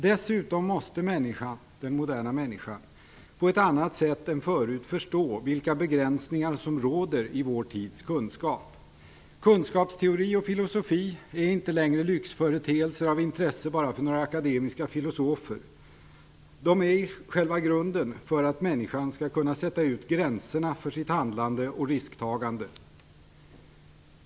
Dessutom måste den moderna människan på ett annat sätt än förut förstå vilka begränsningar som råder i vår tids kunskap. Kunskapsteori och filosofi är inte längre lyxföreteelser av intresse bara för några akademiska filosofer. De är själva grunden för att människan skall kunna sätta ut gränserna för sitt handlande och risktagande.